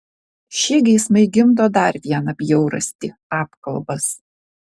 šie geismai gimdo dar vieną bjaurastį apkalbas